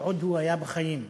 כשהוא עוד היה בחיים.